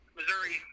Missouri